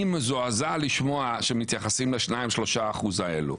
אני מזועזע לשמוע שמתייחסים ל-2-3 אחוזים האלו.